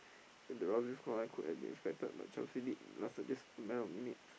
then the rousing scoreline could have been expected that Chelsea lead lasted just matter of minutes